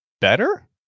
better